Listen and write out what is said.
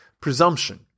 presumption